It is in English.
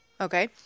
Okay